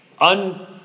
un